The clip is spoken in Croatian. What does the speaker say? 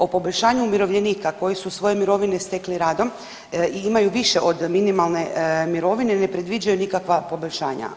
O poboljšanju umirovljenika koji su svoje mirovine stekli radom i imaju više od minimalne mirovine ne predviđaju nikakva poboljšanja.